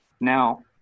Now